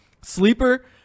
Sleeper